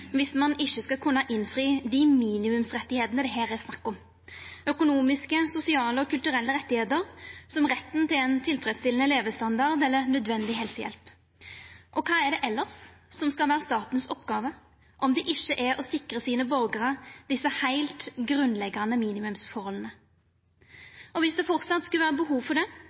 viss ein ikkje skal kunna innfri dei minimumsrettane det her er snakk om, økonomiske, sosiale og kulturelle rettar, som retten til ein tilfredsstillande levestandard eller retten til nødvendig helsehjelp. Kva er det elles som skal vera statens oppgåve, om det ikkje er å sikra borgarane sine desse heilt grunnleggjande minimumsforholda? Viss det framleis skulle vera behov for det